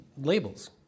labels